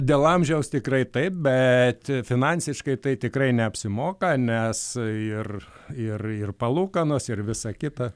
dėl amžiaus tikrai taip bet finansiškai taip tikrai neapsimoka nes ir ir ir palūkanos ir visa kita